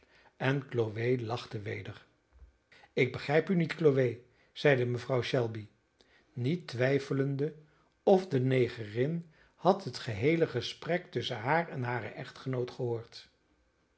en chloe lachte weder ik begrijp u niet chloe zeide mevrouw shelby niet twijfelende of de negerin had het geheele gesprek tusschen haar en haren echtgenoot gehoord